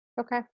Okay